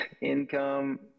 income